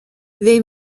they